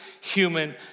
human